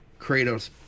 Kratos